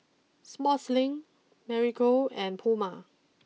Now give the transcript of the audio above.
Sportslink Marigold and Puma